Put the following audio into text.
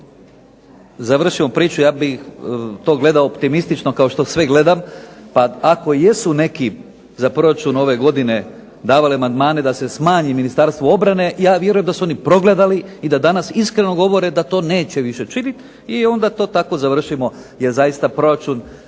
završimo priču, ja bih to gledao optimistično kao što sve gledam, pa ako jesu neki za proračun ove godine davalo amandmane da se smanji Ministarstvu obrane, ja vjerujem da su oni progledali i da danas iskreno govore da to neće više činiti i onda to tako završimo, jer zaista proračun nije